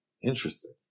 Interesting